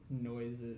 noises